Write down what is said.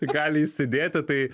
gali įsidėti tai